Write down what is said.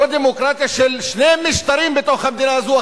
או דמוקרטיה של שני משטרים בתוך המדינה הזאת,